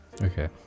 Okay